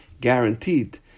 Guaranteed